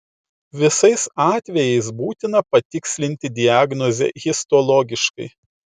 visais atvejais būtina patikslinti diagnozę histologiškai